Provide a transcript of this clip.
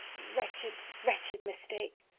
wretched, wretched mistake!